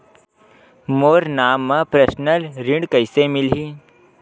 मोर नाम म परसनल ऋण कइसे मिलही?